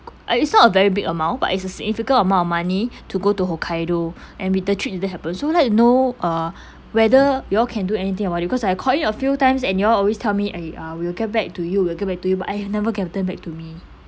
uh it's not a very big amount but it's a significant amount of money to go to hokkaido and with the trip it didn't happens so like to know uh whether you all can do anything about it because I called in a few times and you all always tell me I uh will get back to you will get back to you but I have never gotten back to me